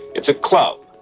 it's a club.